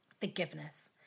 Forgiveness